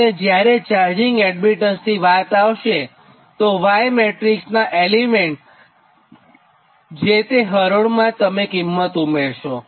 અને જ્યારે ચાર્જિંગ એડમીટન્સની વાત આવશેતો y મેટ્રીક્સ નાં એલિમેન્ટમાં જે તે હરોળમાં તમે કિંમત ઉમેરશો